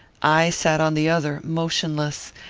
i sat on the other motionless,